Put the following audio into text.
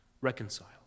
Reconcile